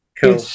Cool